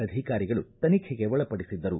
ಅಧಿಕಾರಿಗಳು ತನಿಖೆಗೆ ಒಳಪಡಿಸಿದ್ದರು